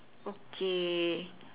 okay